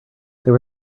there